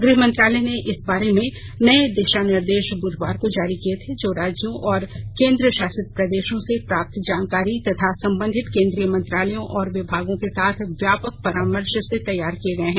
गृह मंत्रालय ने इस बारे में नये दिशा निर्देश बुधवार को जारी किये थे जो राज्यों और केन्द्र शासित प्रदेशों से प्राप्त जानकारी तथा संबंधित केन्द्रीय मंत्रालयों और विभागों के साथ व्यापक परामर्श से तैयार किये गये हैं